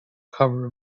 cover